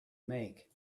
make